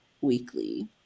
weekly